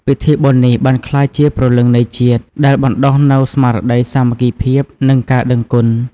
ពិធីបុណ្យនេះបានក្លាយជាព្រលឹងនៃជាតិ ដែលបណ្ដុះនូវស្មារតីសាមគ្គីភាព និងការដឹងគុណ។